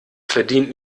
verdient